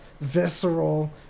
visceral